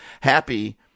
happy